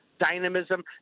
dynamism